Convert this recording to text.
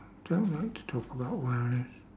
don't know what to talk about worries